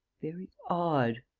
very odd,